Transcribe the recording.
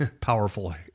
powerful